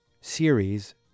series